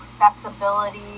accessibility